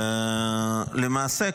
למעשה,